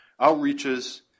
outreaches